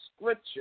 scripture